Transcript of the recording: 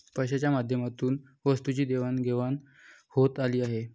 पैशाच्या माध्यमातून वस्तूंची देवाणघेवाण होत आली आहे